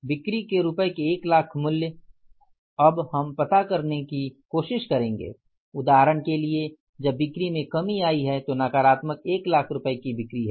बिक्री के रुपये के 1 लाख मूल्य अब हम पता करने की कोशिश करेंगे उदाहरण के लिए जब बिक्री में कमी आई है तो नकारात्मक 1 लाख रुपये की बिक्री है